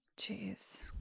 jeez